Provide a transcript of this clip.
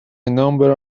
number